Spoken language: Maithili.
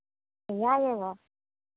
कहिआ अयबह